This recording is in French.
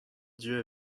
dieu